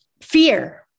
fear